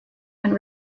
and